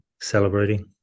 celebrating